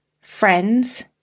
friends